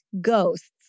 ghosts